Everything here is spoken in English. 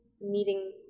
meeting